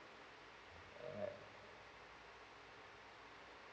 alright